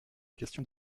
question